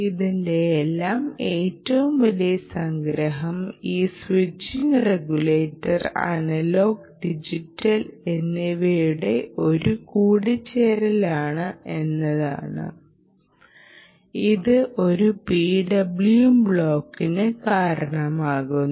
ഇതിന്റെയെല്ലാം ഏറ്റവും വലിയ സംഗ്രഹം ഈ സ്വിച്ചിംഗ് റെഗുലേറ്റർ അനലോഗ് ഡിജിറ്റൽ എന്നിവയുടെ ഒരു കൂടിച്ചേരലാണ് എന്നതാണ് ഇത് ഒരു PWM ബ്ലോക്കിന് കാരണമാകുന്നു